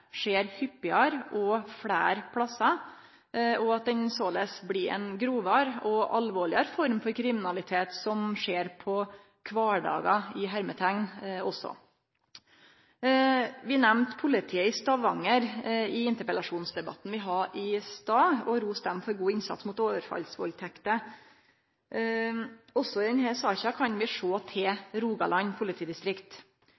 skjer hyppigare og fleire stader, og at det såleis blir ei grovare og alvorlegare form for kriminalitet som skjer på «kvardagar» også. Vi nemnde politiet i Stavanger i interpellasjonsdebatten vi hadde i stad, og roste dei for god innsats mot overfallsvaldtekter. Også i denne saka kan vi sjå